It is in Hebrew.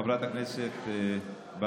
איך הצבעת בכנסת הקודמת?